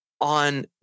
on